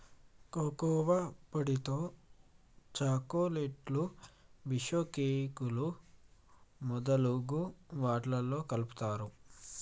cocoa పొడితో చాకోలెట్లు బీషుకేకులు మొదలగు వాట్లల్లా కలుపుతారు